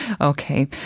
okay